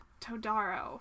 Todaro